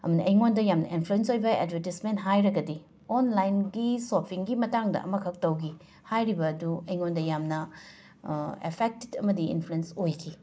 ꯑꯩꯉꯣꯟꯗ ꯌꯥꯝꯅ ꯑꯦꯟꯐ꯭ꯂꯨꯌꯦꯟꯁ ꯑꯣꯏꯕ ꯑꯦꯠꯕꯔꯇꯤꯁꯃꯦꯟ ꯍꯥꯏꯔꯒꯗꯤ ꯑꯣꯟꯂꯥꯏꯟꯒꯤ ꯁꯣꯞꯐꯤꯡꯒꯤ ꯃꯇꯥꯡꯗ ꯑꯃꯈꯛ ꯇꯧꯈꯤ ꯍꯥꯏꯔꯤꯕꯗꯨ ꯑꯩꯉꯣꯟꯗ ꯌꯥꯝꯅ ꯑꯦꯐꯦꯛꯠ ꯑꯃꯗꯤ ꯏꯟꯐ꯭ꯂꯨꯌꯦꯟꯁ ꯑꯣꯏꯈꯤ